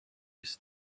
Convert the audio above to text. his